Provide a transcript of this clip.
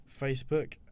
facebook